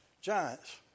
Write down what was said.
giants